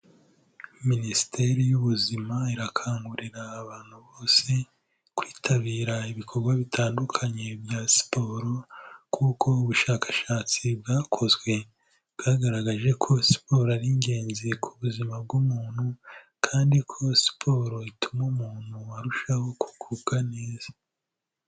Minisiteri y'ubuzima irakangurira abantu bose kwitabira ibikorwa bitandukanye bya siporo kuko ubushakashatsi bwakozwe bwagaragaje ko siporo ari ingenzi ku buzima bw'umuntu kandi ko siporo ituma umuntu arushaho kugubwa neza.